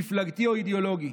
מפלגתי או אידיאולוגי.